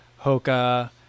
Hoka